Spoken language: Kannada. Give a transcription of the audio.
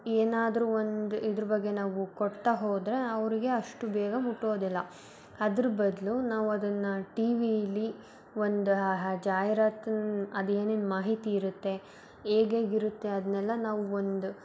ಏನಾದರೂ ಒಂದು ಇದ್ರ ಬಗ್ಗೆ ನಾವು ಕೊಡ್ತಾ ಹೋದರೆ ಅವ್ರಿಗೆ ಅಷ್ಟು ಬೇಗ ಮುಟ್ಟೋದಿಲ್ಲ ಅದ್ರ ಬದಲು ನಾವು ಅದನ್ನು ಟಿ ವಿಲಿ ಒಂದು ಜಾಹೀರಾತನ್ನ ಅದು ಏನೇನು ಮಾಹಿತಿ ಇರುತ್ತೆ ಹೇಗೇಗ್ ಇರುತ್ತೆ ಅದನ್ನೆಲ್ಲ ನಾವು ಒಂದು